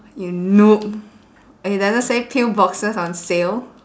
you noob it doesn't say pill boxes on sale